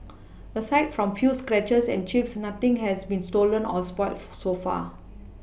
aside from few scratches and Chips nothing has been stolen or spoil so far